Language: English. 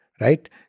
right